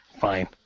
Fine